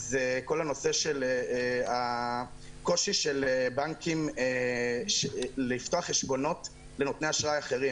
זה כל הנושא של הקושי של בנקים לפתוח חשבונות לנותני אשראי אחרים.